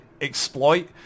exploit